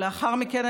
ולאחר מכן,